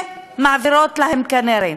שמעבירות להם, כנראה.